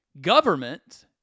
Government